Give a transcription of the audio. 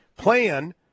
plan